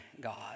God